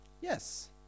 Yes